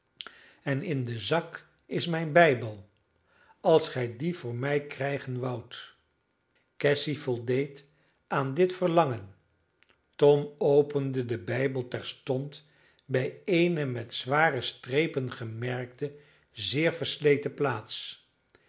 en in den zak is mijn bijbel als gij dien voor mij krijgen woudt cassy voldeed aan dit verlangen tom opende den bijbel terstond bij eene met zware strepen gemerkte zeer versleten plaats